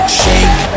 shake